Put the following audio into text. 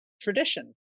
tradition